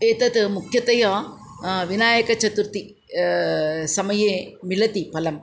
एतत् मुख्यतया विनायकचतुर्थी समये मिलति फलम्